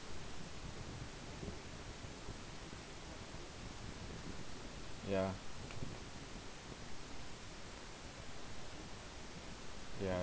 ya ya